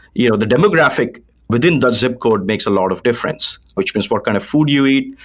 you know the demographic within that zip code makes a lot of difference, which means what kind of food you eat,